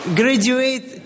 graduate